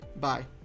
Bye